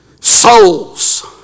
Souls